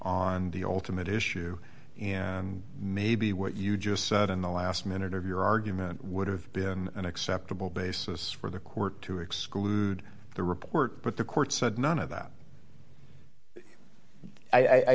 on the ultimate issue maybe what you just said in the last minute of your argument would have been an acceptable basis for the court to exclude the report but the court said none of that i